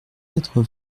quatre